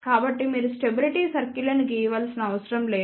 కాబట్టి మీరు stability circles లను గీయవలసిన అవసరం లేదు